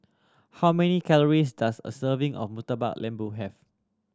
how many calories does a serving of Murtabak Lembu have